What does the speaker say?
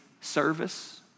service